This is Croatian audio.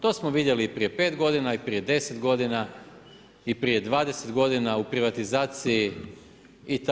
To smo vidjeli i prije 5 godina i prije 10 godina i prije 20 godina u privatizaciji itd.